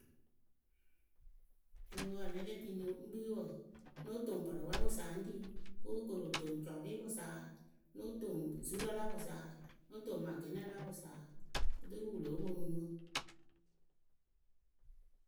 Mɨŋ wǝǝ a lɛ le tini ŋ kpii wǝǝ nóo toŋ pɔrʊpwɛ pʊsa ŋ ri nóo koru otoŋ cɔpɩpʊsaa nóo toŋ zurǝ la pʊsaa no toŋ maŋgeŋlǝ la pʊsaa e keni wɨ lóo poŋ mɨmɨ.